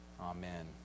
Amen